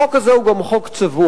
החוק הזה הוא גם חוק צבוע,